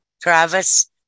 Travis